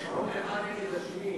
המשמעות, אחד נגד השני.